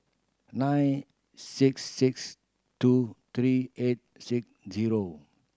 nine six six two three eight six zero